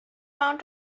around